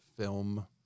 film